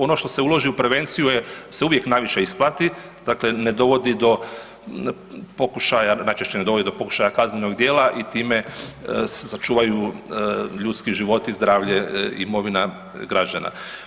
Ono što se uloži u prevenciju se uvijek najviše isplati, dakle ne dovodi do pokušaja, najčešće ne dovodi do pokušaja kaznenog djela i time se sačuvaju ljudski životi, zdravlje i imovina građana.